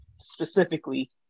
specifically